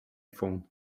phone